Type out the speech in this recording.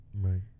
Right